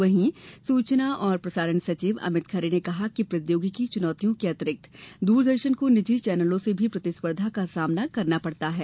वहीं सूचना और प्रसारण सचिव अमित खरे ने कहा कि प्रौद्योगिकी चुनौतियों के अतिरिक्त दूरदर्शन को निजी चैनलों से भी प्रतिस्पर्धा का सामना करना पड़ता है